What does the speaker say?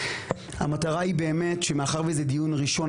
המטרה היא באמת שמאחר שזה דיון ראשון,